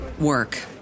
work